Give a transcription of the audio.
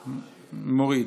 מוריד.